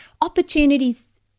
opportunities